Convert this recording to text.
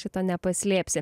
šito nepaslėpsi